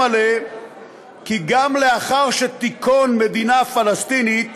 מלא כי גם לאחר שתיכון מדינה פלסטינית,